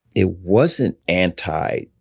it wasn't anti-jew.